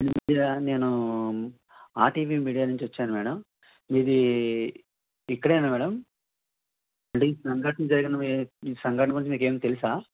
నేను ఆ TV media నుంచి వచ్చాను మేడం ఇదీ ఇక్కడేనా మేడం అంటే ఈ సంఘటన జరిగింది ఈ సంఘటన గురించి మీకేమైనా తెలుసా